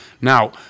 Now